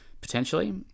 potentially